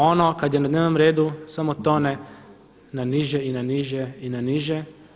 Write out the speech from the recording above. Ono kada je na dnevnom redu samo tone na niže, i na niže, i na niže.